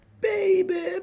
Baby